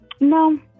No